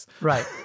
Right